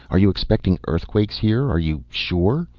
are you expecting earthquakes here, are you sure?